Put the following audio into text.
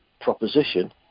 proposition